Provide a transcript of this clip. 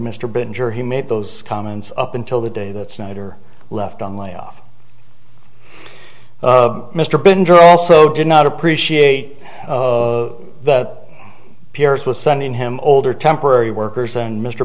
mr bridger he made those comments up until the day that snyder left on layoff mr bender also did not appreciate of the p r s was sending him older temporary workers and mr